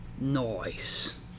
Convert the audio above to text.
nice